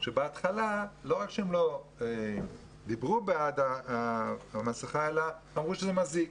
שבהתחלה לא רק שהם לא דיברו בעד המסכה אלא אמרו שזה מזיק.